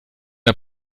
der